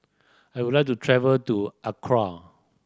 I would like to travel to Accra